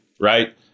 right